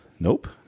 Nope